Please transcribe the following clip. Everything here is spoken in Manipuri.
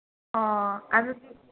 ꯑꯥ ꯑꯗꯨꯗꯤ